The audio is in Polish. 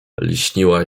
lśniła